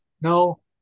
No